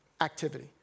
activity